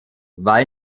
war